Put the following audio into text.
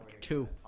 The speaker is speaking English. Two